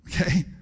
okay